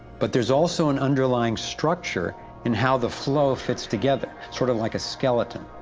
but there is also and underlying structure in how the flow fits together sort of like a skeleton.